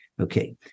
Okay